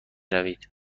روید